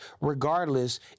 regardless